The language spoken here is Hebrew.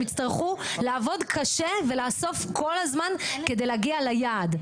יצטרכו לעבוד קשה ולאסוף כל הזמן כדי להגיע ליעד.